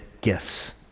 gifts